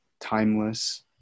timeless